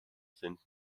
sind